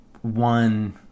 one